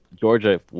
Georgia